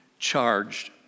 charged